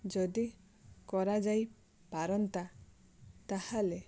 ଯଦି କରାଯାଇ ପାରନ୍ତା ତାହେଲେ